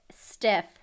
Stiff